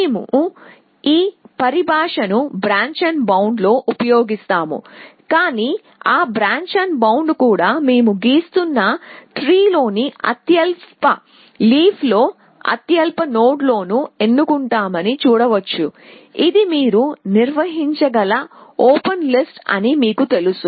మేము ఈ పరిభాషను బ్రాంచ్బౌండ్లో ఉపయోగిస్తాము కాని ఆ బ్రాంచ్బౌండ్ కూడా మేము గీస్తున్న ట్రీ లోని అత్యల్ప లీఫ్ లో అత్యల్ప నోడ్లను ఎన్నుకుంటామని చూడవచ్చు ఇది మీరు నిర్వహించగల ఓపెన్ లిస్ట్ అని మీకు తెలుసు